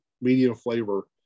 medium-flavor